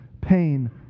pain